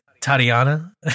Tatiana